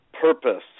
purpose